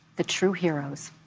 the true heroes.